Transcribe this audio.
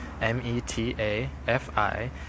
M-E-T-A-F-I